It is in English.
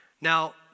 Now